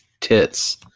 tits